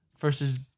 versus